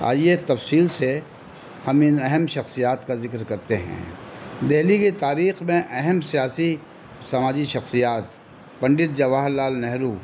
آئیے تفصیل سے ہم ان اہم شخصیات کا ذکر کرتے ہیں دہلی کی تاریخ میں اہم سیاسی سماجی شخصیات پنڈت جواہر لال نہرو